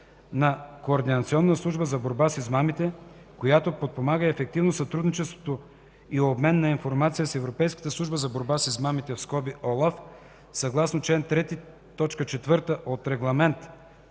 на координационна служба за борба с измамите, която подпомага ефективното сътрудничество и обмен на информация с Европейската служба за борба с измамите (ОЛАФ) съгласно чл. 3, т. 4 от Регламент